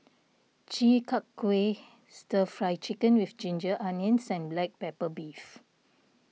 Chi Kak Kuih Stir Fry Chicken with Ginger Onions and Black Pepper Beef